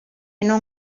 non